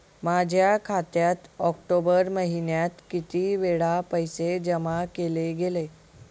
माझ्या खात्यात ऑक्टोबर महिन्यात किती वेळा पैसे जमा केले गेले?